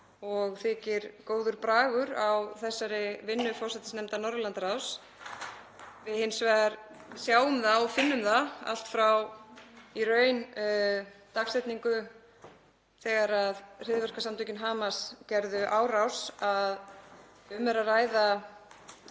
og þykir góður bragur á þessari vinnu forsætisnefndar Norðurlandaráðs. Við hins vegar sjáum það og finnum, allt frá í raun þeirri dagsetningu þegar hryðjuverkasamtökin Hamas gerðu árás, að um er að ræða